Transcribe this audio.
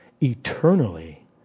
eternally